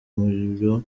muriro